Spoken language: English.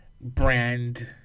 brand